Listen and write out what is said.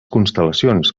constel·lacions